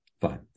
fine